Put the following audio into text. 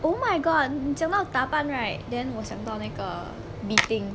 oh my god 你讲到打扮 right then 我想到那个 li ting